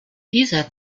dieser